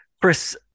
Chris